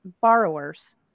borrowers